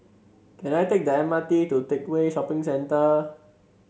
can I take the M R T to Teck Whye Shopping Center